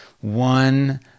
One